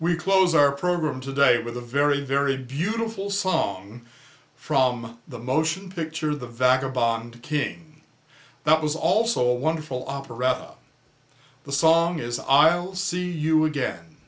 we close our program today with a very very beautiful song from the motion picture the vagabond king that was also a wonderful operetta the song is i'll see you again